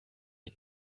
ihn